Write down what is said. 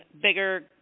bigger